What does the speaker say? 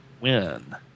win